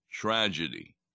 tragedy